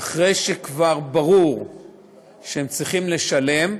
אחרי שכבר ברור שהן צריכות לשלם,